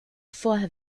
vorher